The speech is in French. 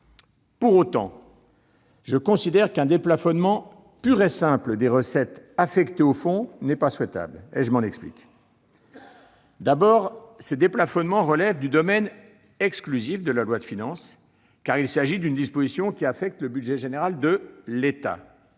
Pour autant, je considère qu'un déplafonnement pur et simple des recettes qui lui sont affectées n'est pas souhaitable. D'abord, ce déplafonnement relève du domaine exclusif de la loi de finances, car il s'agit d'une disposition affectant le budget général de l'État.